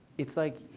it's like,